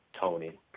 Tony